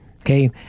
okay